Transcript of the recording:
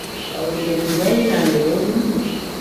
Hawlu lesdi mai naage be guldum.